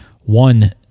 One